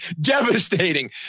devastating